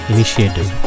Initiative